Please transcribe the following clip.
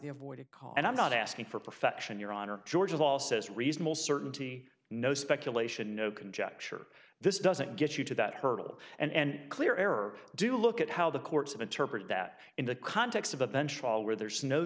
avoided call and i'm not asking for perfection your honor george's all says reasonable certainty no speculation no conjecture this doesn't get you to that hurdle and clear error do look at how the courts of interpret that in the context of a bench trial where there is no